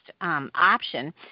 option